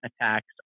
attacks